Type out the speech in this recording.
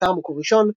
באתר מקור ראשון,